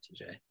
TJ